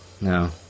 no